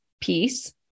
piece